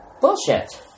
bullshit